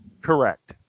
Correct